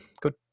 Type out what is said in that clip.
good